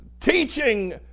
teaching